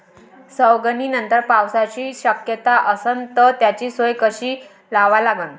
सवंगनीनंतर पावसाची शक्यता असन त त्याची सोय कशी लावा लागन?